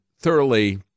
thoroughly